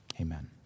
amen